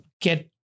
get